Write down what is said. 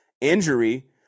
injury